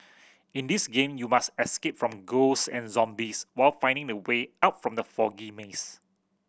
in this game you must escape from ghost and zombies while finding the way out from the foggy maze